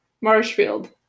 Marshfield